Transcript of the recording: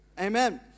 Amen